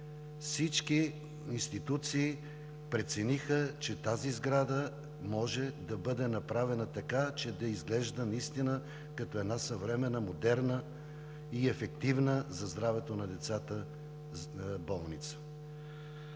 Всички институции прецениха, че тази сграда може да бъде направена така, че да изглежда наистина като една съвременна, модерна и ефективна за здравето на децата болница.